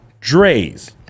drays